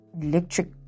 electric